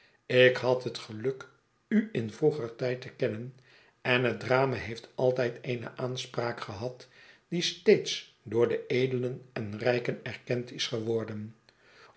ik had het geluk u in vroeger tijd te kennen en het drama heeft altijd eene aanspraak gehad die steeds door de edelen en rijken erkend is geworden